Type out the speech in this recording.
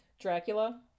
Dracula